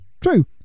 True